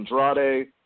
Andrade